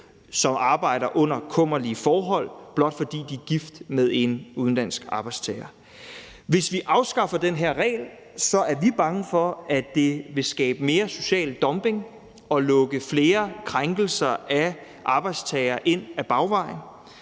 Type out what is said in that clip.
som arbejder under kummerlige forhold, blot fordi de er gift med en udenlandsk arbejdstager. Hvis vi afskaffer den her regel, er vi bange for, at det vil skabe mere social dumping og lukke flere krænkelser af arbejdstagere ind ad bagvejen,